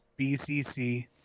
BCC